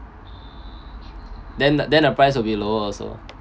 then the then the price will be lower also